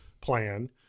plan